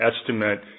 estimate